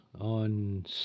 On